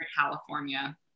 California